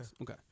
Okay